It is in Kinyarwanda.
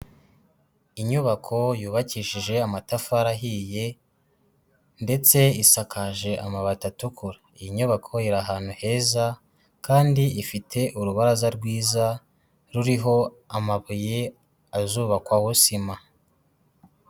Inyubako yubakishije amatafari ahiye, ndetse isakaje amabati atukura, iyi nyubako iri ahantu heza, kandi ifite urubaraza rwiza ruriho amabuye azubakwaho sima.